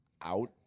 out